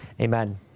Amen